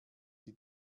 die